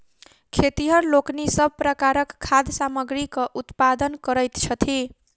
खेतिहर लोकनि सभ प्रकारक खाद्य सामग्रीक उत्पादन करैत छथि